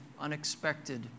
unexpected